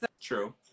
True